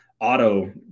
auto